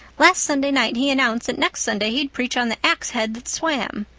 last sunday night he announced that next sunday he'd preach on the axe-head that swam.